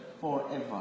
forever